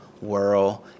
world